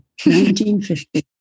1950